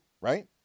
right